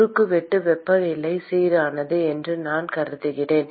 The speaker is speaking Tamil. குறுக்குவெட்டு வெப்பநிலை சீரானது என்று நான் கருதுகிறேன்